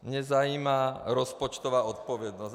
Mě zajímá rozpočtová odpovědnost.